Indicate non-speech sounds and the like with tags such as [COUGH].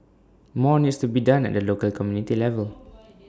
more needs to be done at the local community level [NOISE]